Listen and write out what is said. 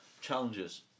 challenges